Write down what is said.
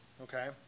Okay